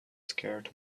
scared